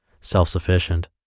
self-sufficient